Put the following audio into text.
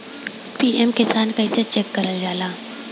PM Kisan कइसे चेक करल जाला?